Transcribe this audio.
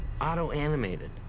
auto-animated